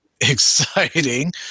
exciting